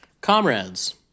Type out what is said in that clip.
Comrades